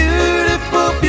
Beautiful